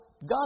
God